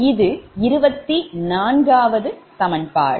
இது 24 சமன்பாடு